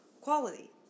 quality